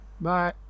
Bye